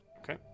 Okay